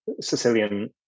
Sicilian